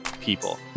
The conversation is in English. people